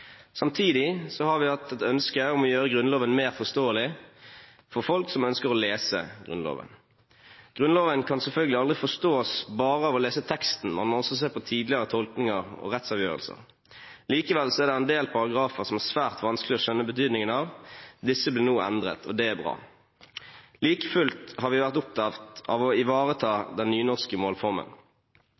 Samtidig har vi hatt et ønske om å gjøre Grunnloven mer forståelig for folk som ønsker å lese den. Grunnloven kan selvfølgelig aldri forstås bare ved å lese teksten, man må også se på tidligere tolkninger og rettsavgjørelser. Likevel er det en del paragrafer som det er svært vanskelig å skjønne betydningen av. Disse blir nå endret, og det er bra. Like mye har vi vært opptatt av å ivareta den nynorske målformen.